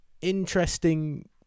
interesting